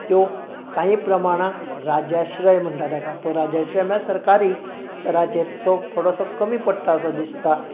त्यो काही प्रमाणांत राज्याश्रय म्हणटा ताका तो राजाश्रय म्हणल्यार सरकारी स्तराचेर तो थोडोसो कमी पडटा सो दिसता